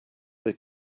they